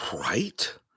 Right